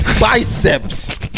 Biceps